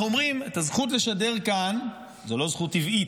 אנחנו אומרים: הזכות לשדר כאן זו לא זכות טבעית.